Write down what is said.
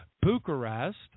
Bucharest